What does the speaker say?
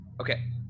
Okay